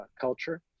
culture